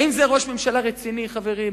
האם זה ראש ממשלה רציני, חברים?